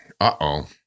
uh-oh